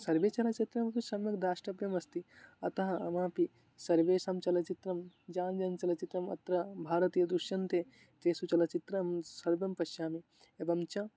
सर्वे चलचित्रं तु सम्यद्रष्टव्यमस्ति अतः ममापि सर्वेषां चलचित्रं जान्यन् चलचित्रम् अत्र भारतीय दृश्यन्ते तेषु चलचित्रं सर्वं पश्यामि एवं च